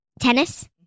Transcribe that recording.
Tennis